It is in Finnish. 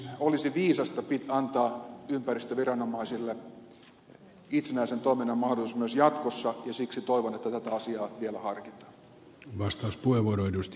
olisi viisasta antaa ympäristöviranomaisille itsenäisen toiminnan mahdollisuus myös jatkossa ja siksi toivon että tätä asiaa vielä harkitaan